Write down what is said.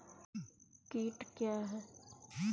कीट क्या है?